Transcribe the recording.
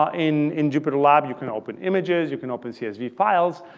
ah in in jupyterlab, you can open images, you can open csv files,